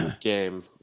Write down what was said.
game